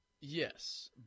Yes